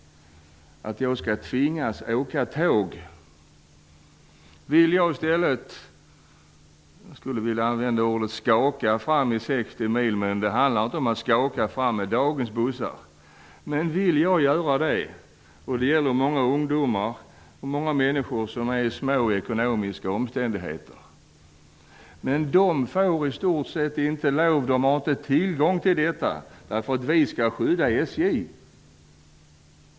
Vill jag hellre skaka fram i buss -- höll jag på att säga, men med dagens bussar handlar det inte om att skaka fram -- skall jag få göra det. Det vill många ungdomar och många människor i små ekonomiska omständigheter. De får i stort sett inte lov att göra det, de har inte tillgång till detta, därför att vi skall skydda SJ!